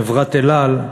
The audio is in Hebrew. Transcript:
חברת "אל על".